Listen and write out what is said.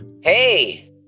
hey